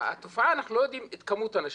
התופעה, אנחנו לא יודעים את כמות האנשים.